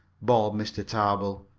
bawled mr. tarbill.